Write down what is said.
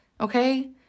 Okay